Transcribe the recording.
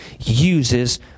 uses